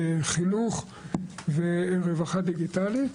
חינוך ורווחה דיגיטלית.